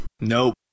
Nope